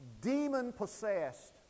demon-possessed